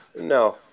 no